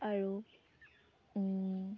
আৰু